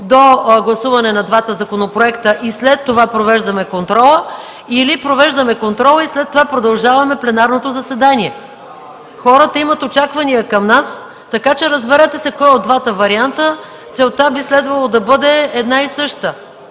до гласуване на двата законопроекта и след това провеждаме контрола, или провеждаме контрола и след това продължаваме пленарното заседание. Хората имат очаквания към нас. Така че разберете се кой от двата варианта – целта би следвало да бъде една и съща.